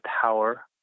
power